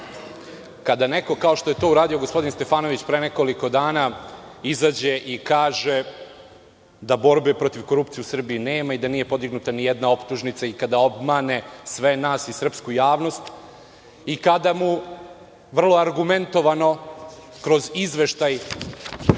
kada neko kao što je to uradio gospodin Stefanović pre nekoliko dana, izađe i kaže da borbe protiv korupcije u Srbiji nema i da nije podignuta ni jedna optužnica, i kada obmane sve nas i srpsku javnost, i kada mu vrlo argumentovano kroz izveštaj